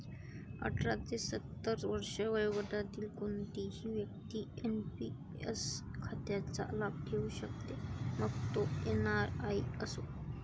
अठरा ते सत्तर वर्षे वयोगटातील कोणतीही व्यक्ती एन.पी.एस खात्याचा लाभ घेऊ शकते, मग तो एन.आर.आई असो